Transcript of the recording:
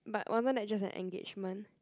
but wasn't that just an engagement